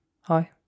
Hi